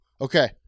Okay